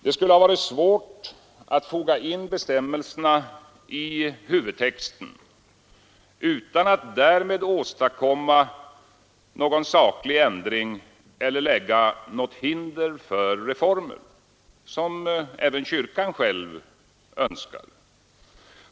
Det skulle ha varit svårt att foga in bestämmelserna i huvudtexten utan att därmed åstadkomma någon saklig ändring eller lägga hinder i vägen för reformer som även kyrkan själv önskar.